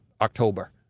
October